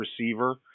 receiver